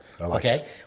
Okay